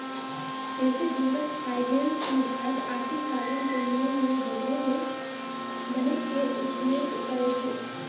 बेशी दिनगत फाइनेंस मे भारत आर्थिक साधन के मोल में बढ़े के उम्मेद करइ छइ